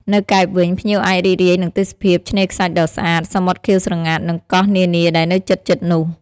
នៅកែបវិញ ភ្ញៀវអាចរីករាយនឹងទេសភាពឆ្នេរខ្សាច់ដ៏ស្អាត សមុទ្រខៀវស្រងាត់ និងកោះនានាដែលនៅជិតៗនោះ។